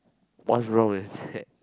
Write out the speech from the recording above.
what's wrong with that